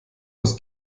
aus